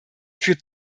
führt